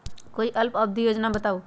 कोई अल्प अवधि योजना बताऊ?